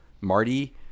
marty